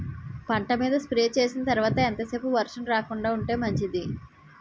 పంట మీద స్ప్రే చేసిన తర్వాత ఎంత సేపు వర్షం రాకుండ ఉంటే మంచిది?